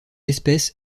espèce